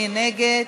מי נגד?